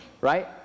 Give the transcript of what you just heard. right